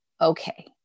okay